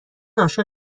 عاشق